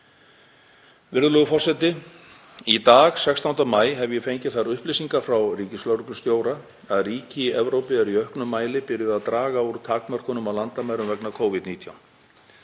Virðulegur forseti. Í dag, 16. maí, hef ég fengið þær upplýsingar frá ríkislögreglustjóra að ríki í Evrópu eru í auknum mæli byrjuð að draga úr takmörkunum á landamærum vegna Covid-19.